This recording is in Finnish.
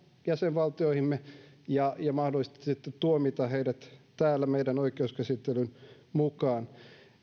jäsenvaltioihimme ja ja mahdollisesti sitten tuomita heidät täällä meidän oikeuskäsittelymme mukaan